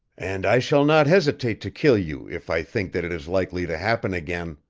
and i shall not hesitate to kill you if i think that it is likely to happen again.